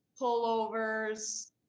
pullovers